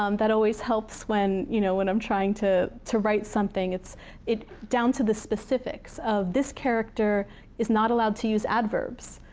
um that always helps when you know when i'm trying to to write something. it's down to the specifics of this character is not allowed to use adverbs,